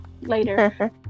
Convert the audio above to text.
later